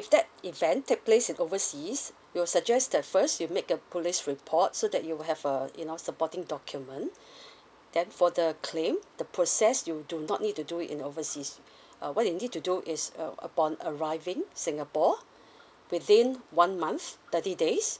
if that event take place in overseas we'll suggest the first you make a police report so that you have uh you know supporting document then for the claim the process you do not need to do it in overseas uh what you need to do is uh upon arriving singapore within one month thirty days